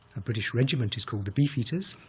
a british regiment is called the beefeaters,